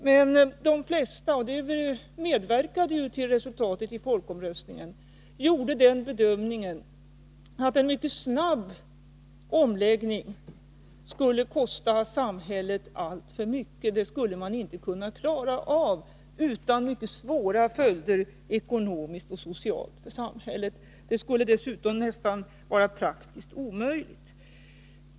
Men de flesta gjorde den bedömningen — och det medverkade till resultatet i folkomröstningen — att en mycket snabb omläggning skulle kosta samhället alltför mycket och att man inte skulle kunna klara den utan mycket svåra följder för samhället både ekonomiskt och socialt, och dessutom att det skulle vara praktiskt nästan omöjligt.